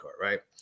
right